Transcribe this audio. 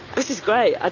this is great. ah